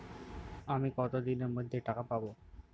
আমি কতদিনের মধ্যে টাকা পাবো?